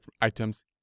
items